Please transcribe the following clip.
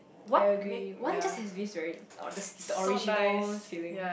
I agree one just has this very it's the this original feeling